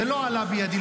זה לא עלה בידי,